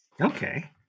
Okay